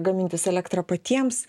gamintis elektrą patiems